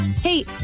Hey